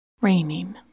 Raining